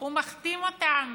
הוא מחתים אותם